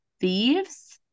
thieves